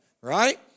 right